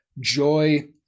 joy